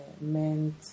meant